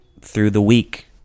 through-the-week